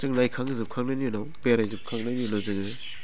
जों नायखां जोबखांनायनि उनाव बेराय जोबखांनायनि उनाव जोङो